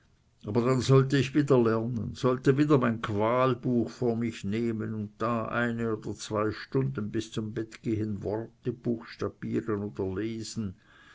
aber dann sollte ich wieder lernen sollte wieder mein qualbuch vor mich nehmen und da eine oder zwei stunden bis zum bettgehen worte buchstabieren oder lesen